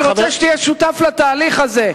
אני רוצה שתהיה שותף לתהליך הזה.